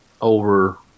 over